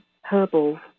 herbal